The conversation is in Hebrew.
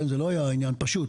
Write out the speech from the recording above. וזה לא עניין פשוט,